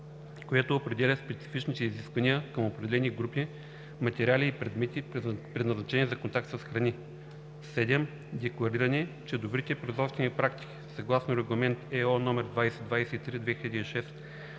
което определя специфичните изисквания към определени групи материали и предмети, предназначени за контакт с храни; 7. деклариране, че добрите производствени практики съгласно Регламент (ЕО) № 2023/2006